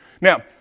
Now